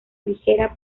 ligera